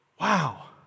Wow